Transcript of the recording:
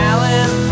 Alan